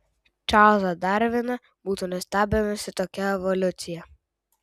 čarlzą darviną būtų nustebinusi tokia evoliucija